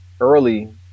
early